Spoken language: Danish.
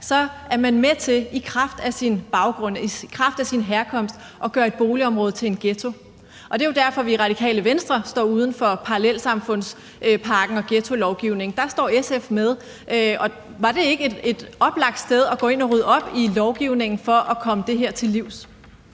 eller hvad man er, er med til at gøre et boligområde til en ghetto. Det er jo derfor, at vi i Radikale Venstre står uden for parallelsamfundspakken og ghettolovgivningen. Der er SF med, men var det ikke et oplagt sted at gå ind og rydde op i lovgivningen for at komme det her til livs?